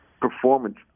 performance